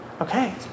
Okay